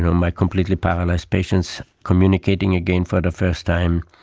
and um my completely paralysed patients communicating again for the first time,